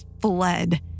fled